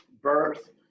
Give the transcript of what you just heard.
birth